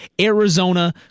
Arizona